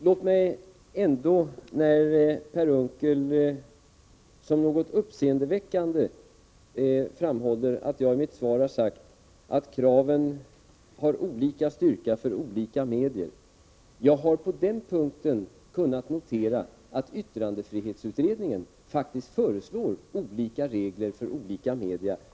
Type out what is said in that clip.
Låt mig ändå — när Per Unckel såsom något uppseendeväckande framhåller att jag i mitt svar sagt att kraven har olika styrka för olika medier — få säga: Jag har på den punkten kunnat notera att yttrandefrihetsutredningen faktiskt föreslår olika regler för olika media.